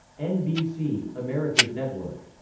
nbc america's network.